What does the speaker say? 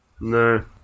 no